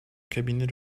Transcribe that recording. cabinet